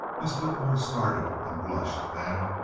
miss whitmore started and blushed, then,